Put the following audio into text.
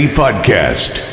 podcast